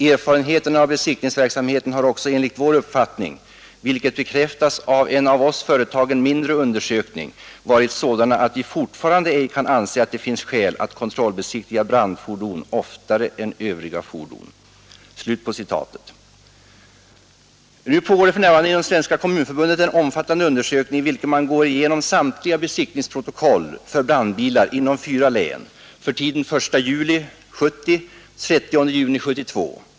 Erfarenheterna av besiktningsverksamheten har också enligt vår uppfattning, vilket bekräftas av en av Oss företagen mindre undersökning ——— varit sådana att vi fortfarande ej kan anse att det finns skäl att kontrollbesiktiga brandfordon oftare än övriga fordon.” Det pågår för närvarande inom Svenska kommunförbundet en omfattande undersökning, i vilken man går igenom samtliga besiktningsprotokoll för brandbilar inom fyra län för tiden 1 juli 1970 — 30 juni 1972.